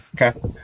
Okay